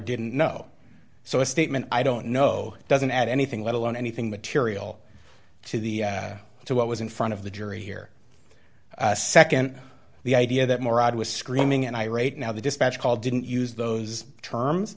didn't know so a statement i don't know doesn't add anything let alone anything material to the to what was in front of the jury here nd the idea that morag was screaming and i right now the dispatch call didn't use those terms